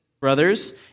brothers